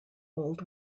old